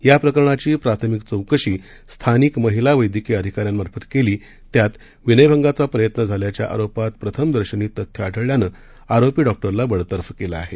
याप्रकरणाची प्राथमिक चौकशी स्थानिक महिला वैद्यकीय अधिकाऱ्यांमार्फत केली त्यात विनयभंगाचा प्रयत्न झाल्याच्या आरोपात प्रथमदर्शनी तथ्य आढळल्यानं आरोपी डॉक्टरला बडतर्फ केलं आहे